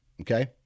okay